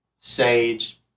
sage